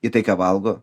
į tai ką valgo